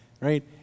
right